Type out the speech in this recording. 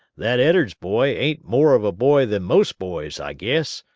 that ed'ards boy ain't more of a boy than most boys, i guess.